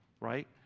right